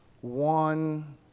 one